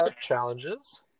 challenges